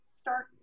start